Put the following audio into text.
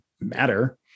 matter